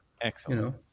Excellent